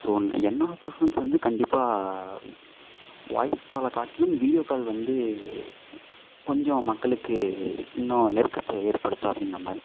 so என்னோட preference வந்து கண்டிப்பாக வாய்ஸ் காலை காட்டிலும் வீடியோ கால் வந்து கொஞ்சம் மக்களுக்கு இன்னும் நெருக்கத்தை ஏற்படுத்தும் அப்படினு நம்புகிறேன்